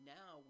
now